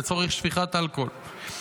לצורך שפיכת אלכוהול.